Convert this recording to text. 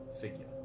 figure